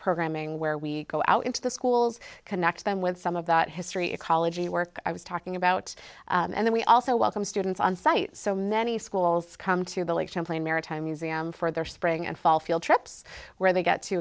programming where we go out into the schools connect them with some of that history ecology work i was talking about and then we also welcome students on site so many schools come to believe champlain maritime museum for their spring and fall field trips where they get to